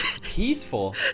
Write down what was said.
Peaceful